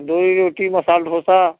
दो रोटी मसाला डोसा